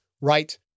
right